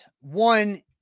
One